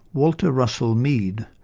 walter russell mead,